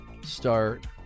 start